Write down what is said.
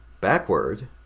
Backward